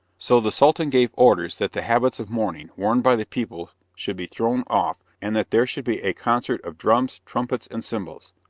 so the sultan gave orders that the habits of mourning worn by the people should be thrown off and that there should be a concert of drums, trumpets and cymbals.